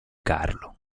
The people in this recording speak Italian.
carlo